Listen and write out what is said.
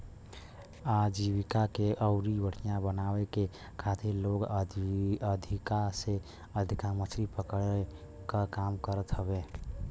आजीविका के अउरी बढ़ियां बनावे के खातिर लोग अधिका से अधिका मछरी पकड़े क काम करत हवे